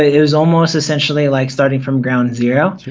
is almost essentially like starting from ground zero.